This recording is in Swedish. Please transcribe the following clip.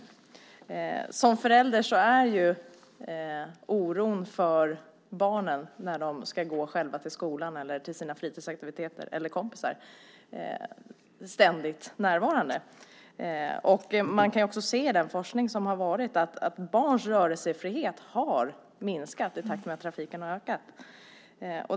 För mig som förälder är ju oron för barnen när de ska gå själva till skolan, till sina fritidsaktiviteter eller till kompisar ständigt närvarande. Man kan också se i den forskning som finns att barns rörelsefrihet har minskat i takt med att trafiken har ökat.